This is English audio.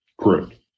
Correct